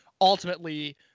ultimately